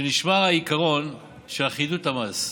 שנשמר העיקרון של אחידות המס.